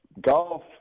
Golf